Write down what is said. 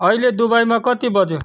अहिले दुबईमा कति बज्यो